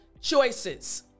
choices